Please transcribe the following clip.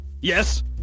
Yes